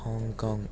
Hong Kong